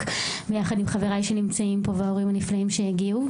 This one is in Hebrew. יחד עם חבריי שנמצאים פה והורים נפלאים שהגיעו.